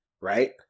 right